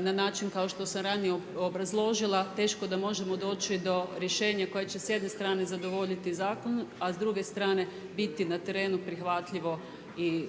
na način kao što sam ranije obrazložila teško da možemo doći do rješenja koje će s jedne strane zadovoljiti zakon, a s druge strane biti na terenu prihvatljivo i